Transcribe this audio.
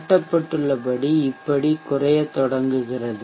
காட்டப்பட்டுள்ளபடி இப்படி குறையத் தொடங்குகிறது